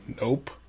Nope